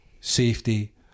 safety